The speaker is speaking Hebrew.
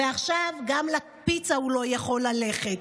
ועכשיו גם לפיצה הוא לא יכול ללכת.